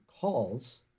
calls